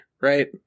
right